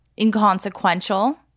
inconsequential